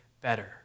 better